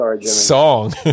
song